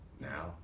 now